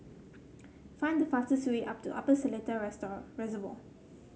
find the fastest way Upper Seletar Reservoir